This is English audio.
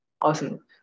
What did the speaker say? Awesome